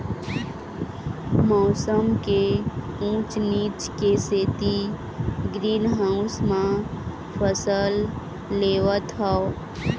मउसम के ऊँच नीच के सेती ग्रीन हाउस म फसल लेवत हँव